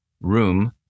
Room